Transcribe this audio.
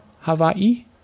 Hawaii